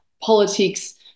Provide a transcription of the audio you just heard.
politics